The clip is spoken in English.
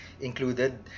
included